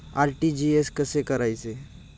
RTGS कसे करायचे?